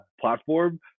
platform